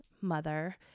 mother